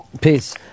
Peace